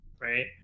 right